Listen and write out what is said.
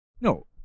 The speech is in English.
no